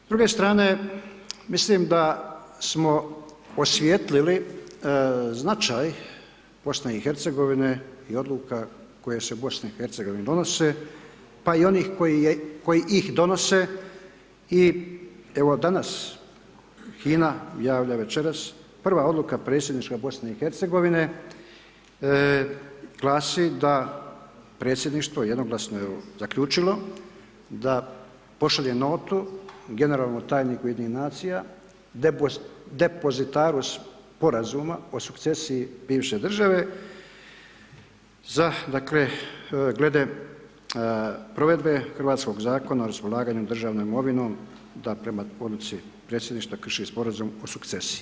S druge strane, mislim da smo osvijetlili značaj BiH i odluke koje se u BiH donose, pa i onih koji ih donose i evo, danas HINA javlja večeras, prva odluka predsjedništva BiH glasi da predsjedništvo je jednoglasno zaključilo da pošalje notu generalnom tajniku Ujedinjenih nacija depozitarus Sporazuma o sukcesiji bivše države glede provedbe hrvatskog Zakona o raspolaganju državnom imovinom da prema odluci predsjedništva krši Sporazum o sukcesiji.